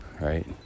right